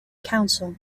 council